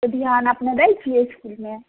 ओ ध्यान अपने दैत छियै इसकुलमे